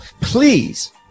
please